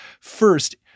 first